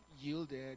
yielded